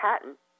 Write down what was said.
Patent